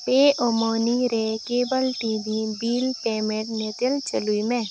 ᱯᱮᱼᱩᱢᱟᱹᱱᱤ ᱨᱮ ᱠᱚᱵᱚᱞ TV bill payment ᱧᱮᱛᱮᱞ ᱪᱟᱹᱞᱩᱭ ᱢᱮ